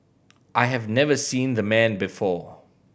I have never seen the man before